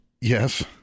Yes